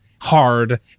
hard